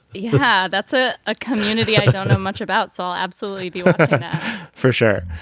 yeah that's ah a community i don't know much about. soil. absolutely for sure.